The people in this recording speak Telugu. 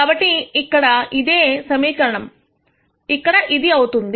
కాబట్టి ఇక్కడ అదే సమీకరణం ఇక్కడ ఇది అవుతుంది